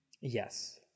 yes